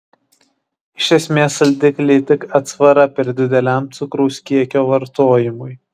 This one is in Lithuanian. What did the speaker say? iš esmės saldikliai tik atsvara per dideliam cukraus kiekio vartojimui